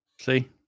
See